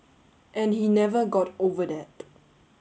and he never got over that